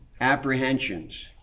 apprehensions